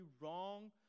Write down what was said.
wrong